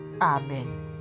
Amen